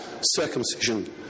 circumcision